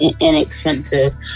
inexpensive